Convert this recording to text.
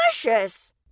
delicious